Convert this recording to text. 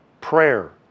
prayer